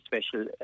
special